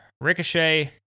Ricochet